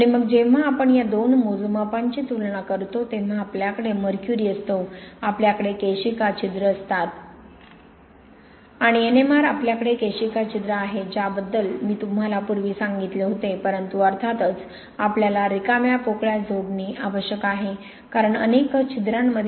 आणि मग जेव्हा आपण या दोन मोजमापांची तुलना करतो तेव्हा आपल्याकडे मर्क्युरी असतो आपल्याकडे केशिका छिद्र असतात आणि N M R आपल्याकडे केशिका छिद्रे आहेत ज्याबद्दल मी तुम्हाला पूर्वी सांगितले होते परंतु अर्थातच आपल्याला रिकाम्या पोकळ्या जोडणे आवश्यक आहे कारण अनेक छिद्रांमध्ये पाणी नसते